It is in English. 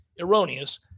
erroneous